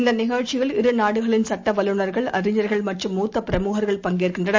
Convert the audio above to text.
இந்தநிகழ்ச்சியில் இரு நாடுகளின் சட்டவல்லுநர்கள் அழிஞர்கள் மற்றும் மூத்தபிரமுகர்கள் பங்கேற்கின்றனர்